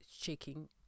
checking